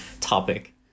topic